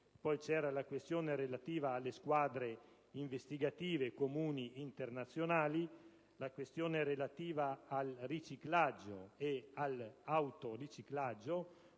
pubblici; la questione relativa alle squadre investigative comuni internazionali; quella relativa al riciclaggio e all'autoriciclaggio,